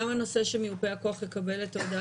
גם הנושא שמיופה הכוח יקבל את ההודעה